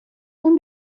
اون